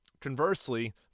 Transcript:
Conversely